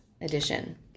Edition